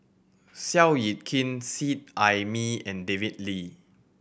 Seow Yit Kin Seet Ai Mee and David Lee